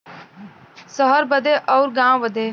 सहर बदे अउर गाँव बदे